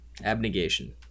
Abnegation